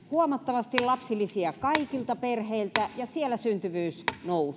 huomattavasti lapsilisiä kaikilta perheiltä ja siellä syntyvyys